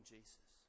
Jesus